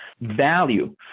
value